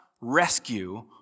rescue